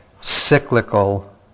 cyclical